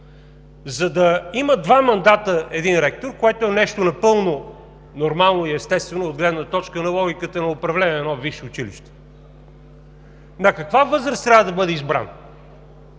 за да има един ректор два мандата, което е нещо напълно нормално и естествено от гледна точка на логиката на управление на едно висше училище, на каква възраст трябва да бъде избран?